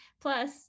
Plus